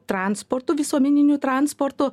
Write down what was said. transportu visuomeniniu transportu